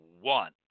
one